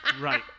Right